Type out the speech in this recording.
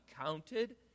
counted